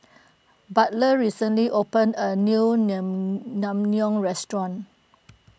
Butler recently opened a new Naengmyeon restaurant